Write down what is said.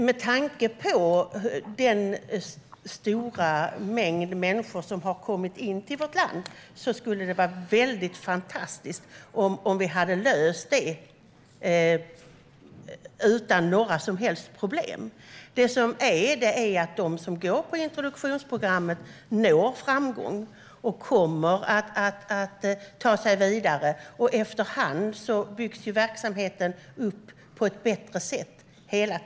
Med tanke på den stora mängd människor som har kommit in till vårt land skulle det vara otroligt fantastiskt om vi skulle ha löst detta utan några som helst problem. Det handlar om att de som går på introduktionsprogrammet når framgång och kommer att ta sig vidare. Efter hand och hela tiden byggs verksamheten upp på ett bättre sätt.